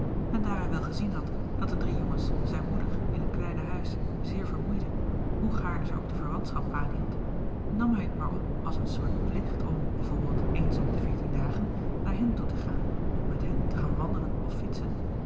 en daar hij wel gezien had dat de drie jongens zijne moeder in het kleine huis zeer vermoeiden hoe gaarne ze ook de verwantschap aanhield nam hij het maar op als een soort plicht om bijvoorbeeld eens om de veertien dagen naar hen toe te gaan om met hen te gaan wandelen of fietsen